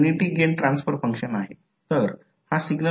M didt ठरवणे सोपे नाही कारण चार टर्मिनल आहेत